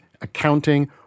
accounting